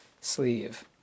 sleeve